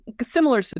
similar